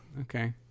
Okay